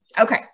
Okay